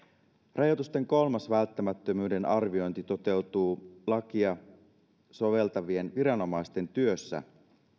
rajoitusten kolmas välttämättömyyden arviointi toteutuu lakia soveltavien viranomaisten työssä